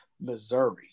Missouri